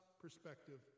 perspective